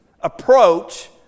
approach